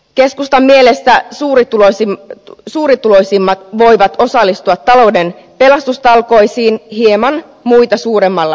keskustan mielestä suurituloisimmat voivat osallistua talouden pelastustalkoisiin hieman muita suuremmalla summalla